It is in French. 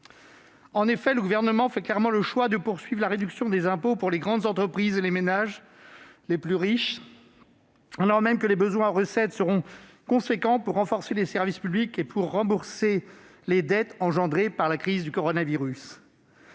solidarité. Le Gouvernement fait clairement le choix de poursuivre la réduction des impôts pour les grandes entreprises et les ménages les plus riches, alors même que les besoins en recettes seront essentiels pour renforcer les services publics et rembourser les dettes engendrées par la crise du coronavirus.